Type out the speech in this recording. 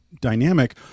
dynamic